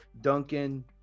Duncan